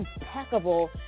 impeccable